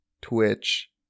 Twitch